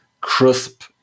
crisp